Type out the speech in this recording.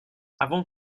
avant